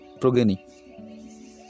progeny